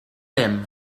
him